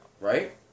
Right